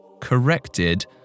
corrected